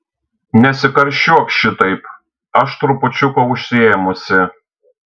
nesikarščiuok šitaip aš trupučiuką užsiėmusi